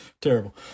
terrible